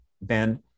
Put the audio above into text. Ben